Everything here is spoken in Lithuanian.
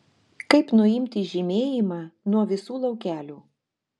kaip nuimti žymėjimą nuo visų laukelių